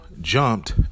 jumped